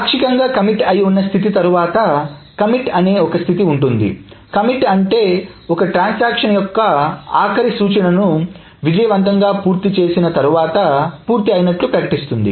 పాక్షికంగా కమిట్ అయ్యి ఉన్న స్థితి తరువాత కమిట్ అనే ఒక స్థితి ఉంటుంది కమిట్ అంటే ఒక ట్రాన్సాక్షన్ యొక్క ఆఖరి సూచనను విజయవంతంగా పూర్తి చేసి తరువాత పూర్తయినట్లు ప్రకటిస్తుంది